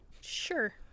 sure